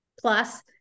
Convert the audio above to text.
plus